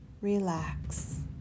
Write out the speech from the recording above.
relax